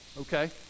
Okay